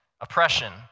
oppression